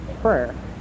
prayer